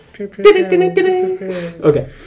Okay